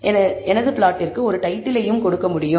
எனவே எனது பிளாட்டிற்கு ஒரு டைட்டிலையும் கொடுக்க முடியும்